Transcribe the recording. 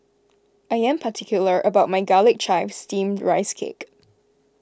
I am particular about my Garlic Chives Steamed Rice Cake